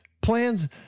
Plans